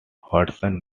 hudson